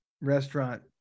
restaurant